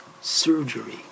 surgery